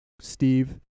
Steve